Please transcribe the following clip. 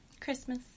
Christmas